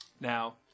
now